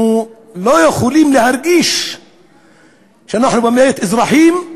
אנחנו לא יכולים להרגיש שאנחנו באמת אזרחים,